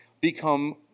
become